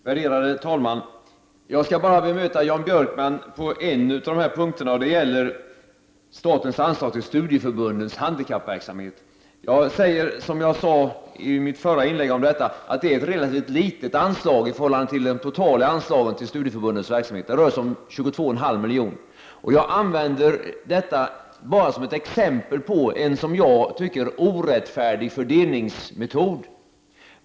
Värderade talman! Jag skall bara bemöta Jan Björkman på en punkt, och det gäller statens anslag till studieförbundens handikappverksamhet. Jag säger som jag sade i mitt förra inlägg, att det är ett relativt litet anslag i förhållande till de totala anslagen till studieförbundens verksamhet. Det rör sig om 22,5 milj.kr. Jag använder detta bara som ett exempel på en som jag tycker orättfärdig fördelningsmetod.